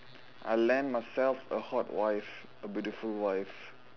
I land myself a hot wife a beautiful wife